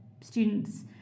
students